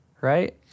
right